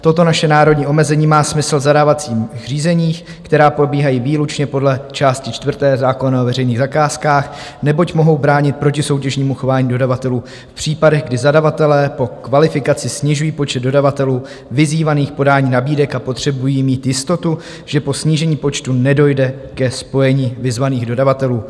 Toto naše národní omezení má smysl v zadávacích řízeních, která probíhají výlučně podle části čtvrté zákona o veřejných zakázkách, neboť mohou bránit protisoutěžnímu chování dodavatelů v případech, kdy zadavatelé po kvalifikaci snižují počet dodavatelů vyzývaných k podání nabídek a potřebují mít jistotu, že po snížení počtu nedojde ke spojení vyzvaných dodavatelů.